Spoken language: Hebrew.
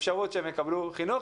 אפשרות שהם יקבלו חינוך,